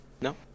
No